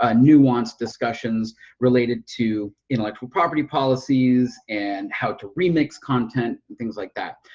ah nuanced discussions related to intellectual property policies and how to remix content and things like that.